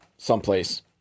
someplace